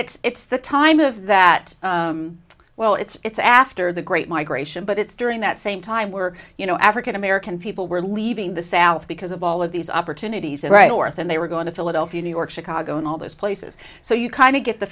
and it's the time of that well it's after the great migration but it's during that same time we're you know african american people were leaving the south because of all of these opportunities right orthe and they were going to philadelphia new york chicago and all those places so you kind of get the